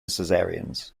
cesareans